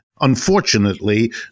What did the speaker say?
Unfortunately